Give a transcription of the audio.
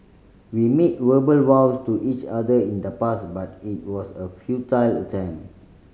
we made verbal vows to each other in the past but it was a futile attempt